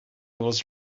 was